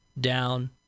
down